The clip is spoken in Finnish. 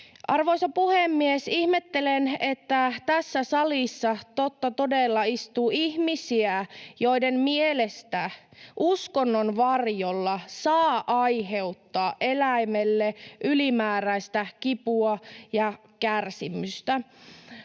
Arvoisa puhemies! Ihmettelen, että tässä salissa, totta todella, istuu ihmisiä, joiden mielestä uskonnon varjolla saa aiheuttaa eläimelle ylimääräistä kipua ja kärsimystä.